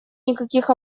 никаких